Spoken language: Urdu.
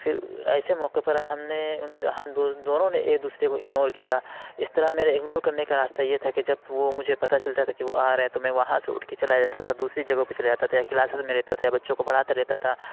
پھر ایسے موقعے پر ہم نے اُن ہم دو دونوں نے ایک دوسرے کو اگنور کیا اِس طرح میرے اگنور کرنے کا راستہ یہ تھا کہ جب وہ مجھے پتا چلتا تھا کہ وہ آ رہے ہیں تو میں وہاں سے اُٹھ کے چلا جاتا تھا دوسری جگہ پہ چلا جاتا تھا یا کلاسیز میں رہتا تھا یا بچوں کو پڑھاتے رہتا تھا